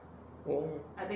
oh